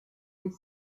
est